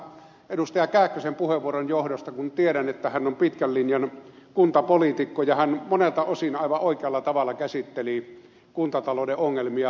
kähkösen puheenvuoron johdosta kun tiedän että hän on pitkän linjan kuntapoliitikko ja hän monelta osin aivan oikealla tavalla käsitteli kuntatalouden ongelmia